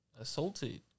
assaulted